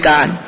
God